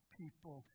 people